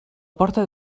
porta